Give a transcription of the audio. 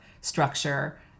structure